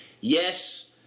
Yes